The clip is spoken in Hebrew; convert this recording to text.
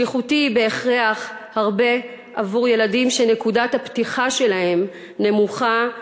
שליחותי היא בהכרח עבור ילדים שנקודת הפתיחה שלהם נמוכה,